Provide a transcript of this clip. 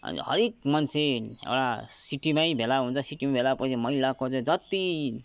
अनि हरेक मान्छे एउटा सिटीमा भेला हुन्छ सिटीमा भेला भएपछि मैला कचडा जत्ति